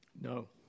No